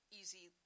easy